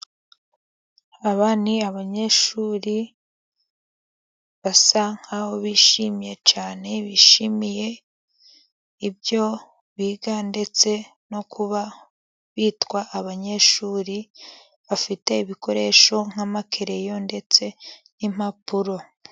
Aba ni abanyeshuri basa nk'aho bishimye cyane bishimiye ibyo biga ,ndetse no kuba bitwa abanyeshuri bafite ibikoresho nk'amakereyo ndetse n'impapuro.